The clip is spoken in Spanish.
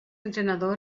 entrenador